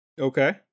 Okay